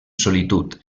solitud